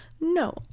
no